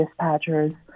dispatchers